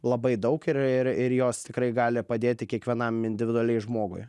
labai daug ir ir ir jos tikrai gali padėti kiekvienam individualiai žmogui